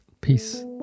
peace